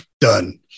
done